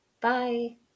Bye